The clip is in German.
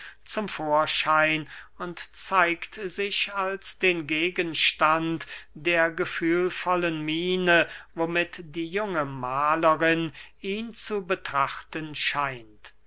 zum vorschein und zeigt sich als den gegenstand der gefühlvollen miene womit die junge mahlerin ihn zu betrachten scheint